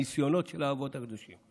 הניסיונות של האבות הקדושים.